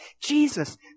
jesus